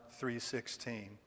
3.16